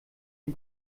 den